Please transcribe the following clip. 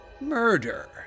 murder